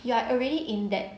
you are already in that